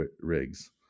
rigs